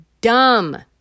Dumb